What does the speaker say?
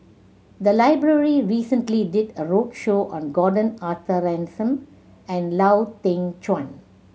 the library recently did a roadshow on Gordon Arthur Ransome and Lau Teng Chuan